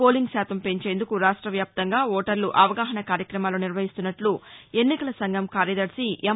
polling శాతం పెంచేందుకు రాష్ట్రవ్యాప్తంగా ఓటర్ల అవగాహనా కార్యక్రమాలు నిర్వహిస్తున్నట్లు ఎన్నికల సంఘం కార్యదర్శి ఎం